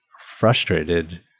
frustrated